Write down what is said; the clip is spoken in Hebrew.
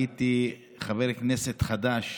אני הייתי חבר כנסת חדש,